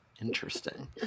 Interesting